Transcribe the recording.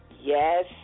yes